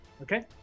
okay